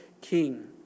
king